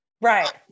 Right